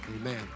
amen